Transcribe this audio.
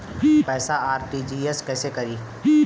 पैसा आर.टी.जी.एस कैसे करी?